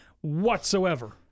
whatsoever